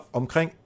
omkring